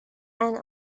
and